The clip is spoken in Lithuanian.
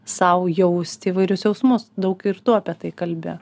sau jaust įvairius jausmus daug ir tu apie tai kalbi